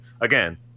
again